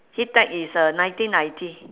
heat tech is uh nineteen ninety